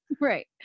Right